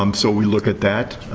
um so, we look at that.